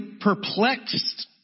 perplexed